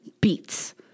beats